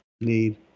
need